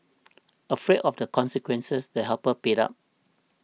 afraid of the consequences the helper paid up